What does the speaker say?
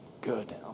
Good